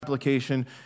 application